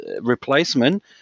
replacement